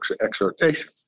exhortation